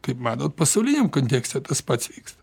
kaip manot pasauliniam kontekste tas pats vyksta